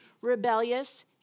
rebellious